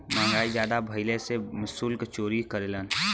महंगाई जादा भइले से सुल्क चोरी करेलन